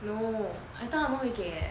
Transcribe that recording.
no I thought 他们会给 eh